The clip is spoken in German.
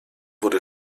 wurde